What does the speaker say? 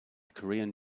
korean